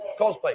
cosplay